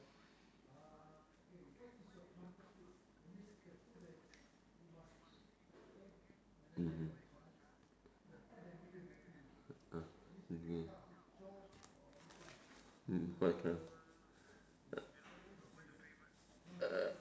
mmhmm